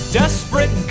desperate